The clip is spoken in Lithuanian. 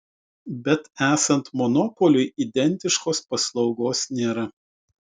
bet esant monopoliui identiškos paslaugos nėra